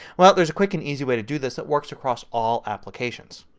well there is a quick and easy way to do this that works across all applications.